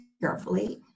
carefully